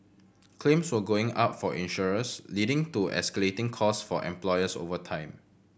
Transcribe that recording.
claims were going up for insurers leading to escalating cost for employers over time